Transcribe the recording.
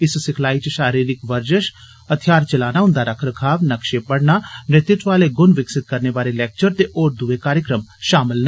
इस सिखलाई च शारीरिक वरजश हथियार चलाना उन्दा रखरखाब नक्शे पढ़ना नेतृत्व आले गुण विकसित करने बारै लेक्चर ते होर दुए कार्यक्रम शामल न